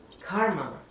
Karma